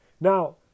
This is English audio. Now